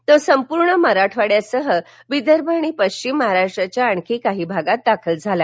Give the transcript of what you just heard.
तो संपूर्ण मराठवाड्यासह विदर्भ आणि पश्चिम महाराष्ट्राच्याही आणखी काही भागात दाखल झाला